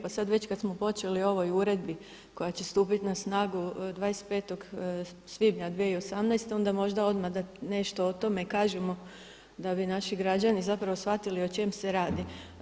Pa sad već kad smo počeli o ovoj uredbi koja će stupit na snagu 25. svibnja 2018. onda možda da odmah nešto o tome kažemo da bi naši građani zapravo shvatili o čem se radi.